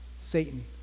Satan